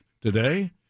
today